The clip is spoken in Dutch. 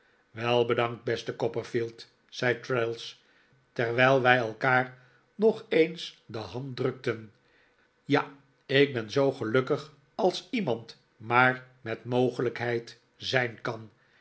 wel bedankt beste copperfield zei traddles terwijl wij elkaar nog eens de hand drukten ja ik ben zoo gelukkig als iemand maar met mogelijkheid zijn kan